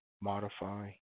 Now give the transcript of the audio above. modify